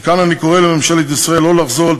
מכאן אני קורא לממשלת ישראל שלא לחזור על